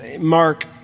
Mark